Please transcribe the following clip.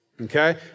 Okay